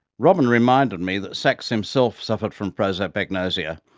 robyn reminded me that sacks himself suffered from prosopagnosia,